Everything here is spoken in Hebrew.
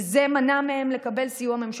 וזה מנע מהן לקבל סיוע ממשלתי.